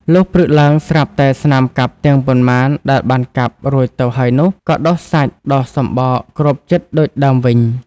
លុះព្រឹកឡើង ស្រាប់តែស្នាមកាប់ទាំងប៉ុន្មានដែលបានកាប់រួចទៅហើយនោះ ក៏ដុះសាច់ ដុះសំបកគ្របជិតដូចដើមវិញ។